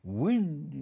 wind